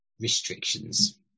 restrictions